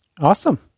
Awesome